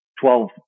twelve